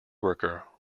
worker